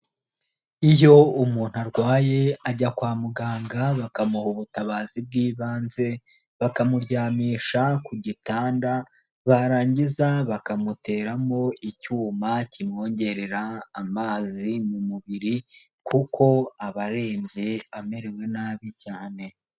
Iyo umuntu arwaye ajya kwa muganga bakamuha ubutabazi bw'ibanze, bakamuryamisha ku gitanda barangiza bakamuteramo icyuma kimwongerera amazi mu mubiri kuko aba arembye amerewe nabi cyane.